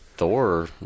Thor